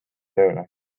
tööle